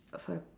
err